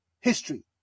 history